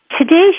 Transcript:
today